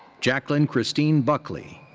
jaclyn christine buckley.